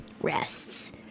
rests